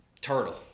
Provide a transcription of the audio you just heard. turtle